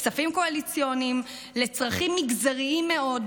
כספים קואליציוניים לצרכים מגזריים מאוד,